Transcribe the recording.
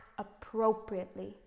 appropriately